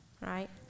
Right